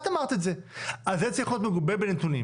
את אמרת את זה, אז זה צריך להיות מגובה בנתונים.